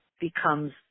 becomes